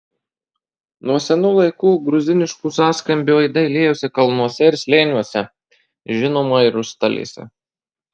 nuo senų laikų gruziniškų sąskambių aidai liejosi kalnuose ir slėniuose žinoma ir užstalėse